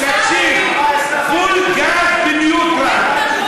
תקשיב, פול גז בניוטרל.